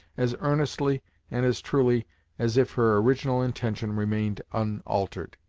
as earnestly and as truly as if her original intention remained unaltered.